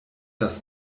das